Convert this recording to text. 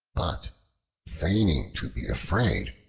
but feigning to be afraid,